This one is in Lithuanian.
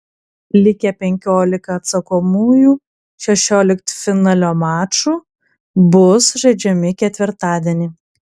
likę penkiolika atsakomųjų šešioliktfinalio mačų bus žaidžiami ketvirtadienį